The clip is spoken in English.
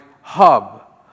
hub